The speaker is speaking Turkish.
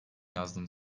yazdım